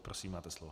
Prosím, máte slovo.